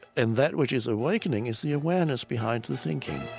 and that which is awakening is the awareness behind the thinking